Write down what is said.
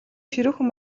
ширүүхэн